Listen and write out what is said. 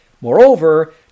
Moreover